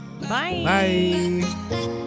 Bye